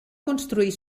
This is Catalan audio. construir